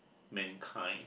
mankind